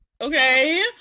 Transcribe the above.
okay